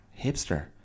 hipster